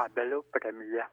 abelio premija